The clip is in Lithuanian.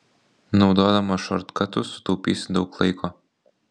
naudodamas šortkatus sutaupysi daug laiko